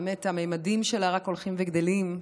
שהממדים שלה רק הולכים וגדלים,